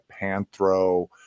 Panthro